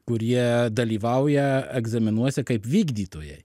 kurie dalyvauja egzaminuose kaip vykdytojai